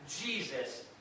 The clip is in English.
Jesus